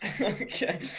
Okay